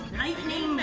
lightning